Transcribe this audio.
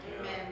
Amen